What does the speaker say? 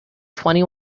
twenty